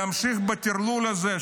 להמשיך בטרלול הזה,